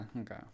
Okay